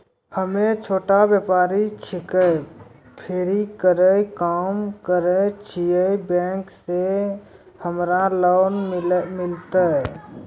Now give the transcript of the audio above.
हम्मे छोटा व्यपारी छिकौं, फेरी के काम करे छियै, बैंक से हमरा लोन मिलतै?